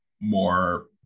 more